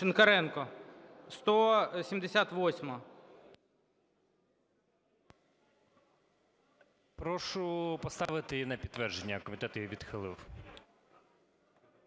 Прошу поставити її на підтвердження, комітет її відхилив,